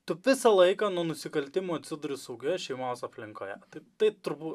tu visą laiką nuo nusikaltimų atsiduri saugioje šeimos aplinkoje taip tai turbūt